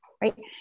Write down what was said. right